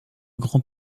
grand